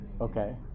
Okay